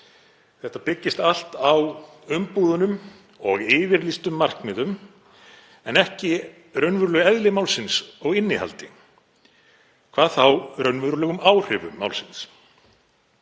Allt byggist á umbúðunum og yfirlýstum markmiðum en ekki raunverulegu eðli málsins og innihaldi, hvað þá raunverulegum áhrifum málsins.